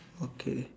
okay